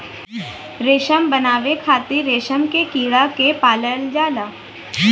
रेशम बनावे खातिर रेशम के कीड़ा के पालल जाला